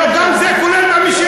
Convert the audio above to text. לא, גם את זה כוללת המשילות.